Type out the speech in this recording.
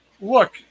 look